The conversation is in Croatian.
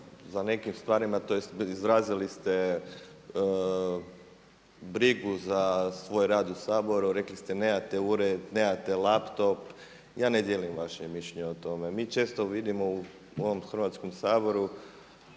za nekim stvarima tj. izrazili ste brigu za svoj rad u Saboru. Rekli ste nemate ured, nemate laptop ja ne dijelim vaše mišljenje o tome. Mi često vidimo u ovom Hrvatskom saboru